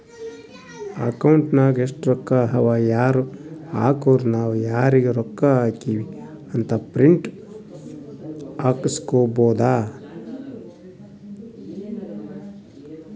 account ನಾಗ್ ಎಸ್ಟ್ ರೊಕ್ಕಾ ಅವಾ ಯಾರ್ ಹಾಕುರು ನಾವ್ ಯಾರಿಗ ರೊಕ್ಕಾ ಹಾಕಿವಿ ಅಂತ್ ಪ್ರಿಂಟ್ ಹಾಕುಸ್ಕೊಬೋದ